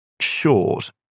short